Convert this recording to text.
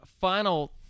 Final